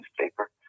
newspaper